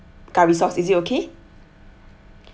curry sauce is it okay